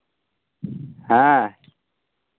ᱦᱮᱸ